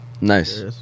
Nice